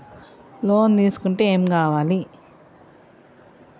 Loan తీసుకుంటే ఏం కావాలి?